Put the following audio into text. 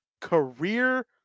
career